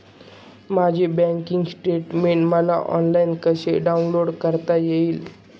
माझे bank statement मला online कसे डाउनलोड करता येईल?